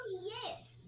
yes